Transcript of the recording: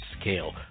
scale